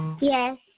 Yes